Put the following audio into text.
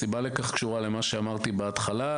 הסיבה לכך קשורה למה שאמרתי בהתחלה.